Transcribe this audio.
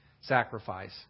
sacrifice